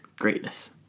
Greatness